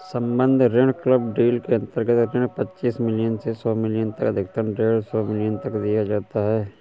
सम्बद्ध ऋण club deal के अंतर्गत ऋण पच्चीस मिलियन से सौ मिलियन तक अधिकतम डेढ़ सौ मिलियन तक दिया जाता है